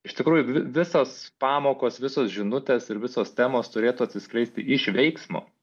iš tikrųjų visos pamokos visos žinutės ir visos temos turėtų atsiskleisti iš veiksmo